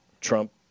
Trump